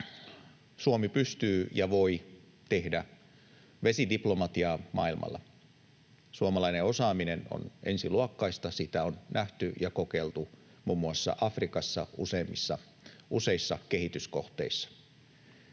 Suomi pystyy ja voi tehdä vesidiplomatiaa maailmalla. Suomalainen osaaminen on ensiluokkaista, se on nähty, ja sitä on kokeiltu muun muassa Afrikassa useissa kehityskohteissa.